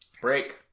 break